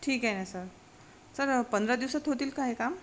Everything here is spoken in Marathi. ठीक आहे ना सर सर पंधरा दिवसात होतील का हे काम